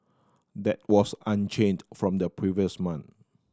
that was unchanged from the previous month